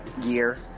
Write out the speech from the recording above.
year